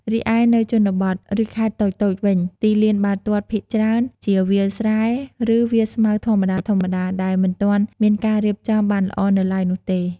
រីឯនៅជនបទ ឬខេត្តតូចៗវិញទីលានបាល់ទាត់ភាគច្រើនជាវាលស្រែ ឬវាលស្មៅធម្មតាៗ ដែលមិនទាន់មានការរៀបចំបានល្អនៅឡើយនោះទេ។